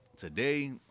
Today